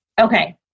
Okay